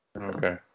Okay